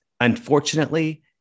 unfortunately